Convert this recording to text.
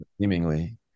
Seemingly